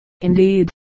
indeed